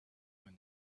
when